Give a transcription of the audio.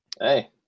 Hey